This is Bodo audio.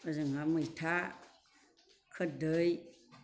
ओजोंहाय मैथा खोरदै